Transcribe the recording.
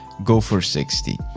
go for sixty.